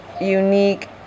unique